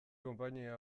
konpainia